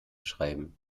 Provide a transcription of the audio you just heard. schreiben